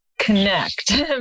connect